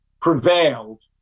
prevailed